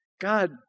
God